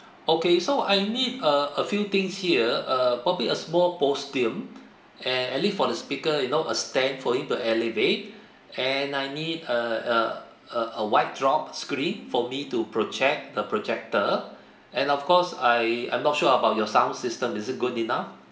okay so I need a a few things here uh probably a small rostrum eh at least for the speaker you know a stand for it to alleviate and I need a a a a white drop screen for me to project the projector and of course I I'm not sure about your sound system is it good enough